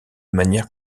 manière